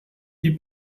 die